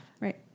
Right